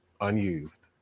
unused